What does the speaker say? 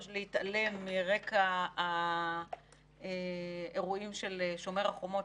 להתעלם מרקע האירועים של שומר החומות,